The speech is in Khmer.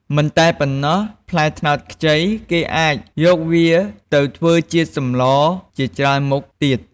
មិនតែប៉ុណ្ណោះ ផ្លែត្នោតខ្ចីគេអាច យកវាទៅធ្វើជាសម្លជាច្រើនមុខទៀត។